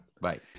Bye